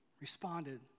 responded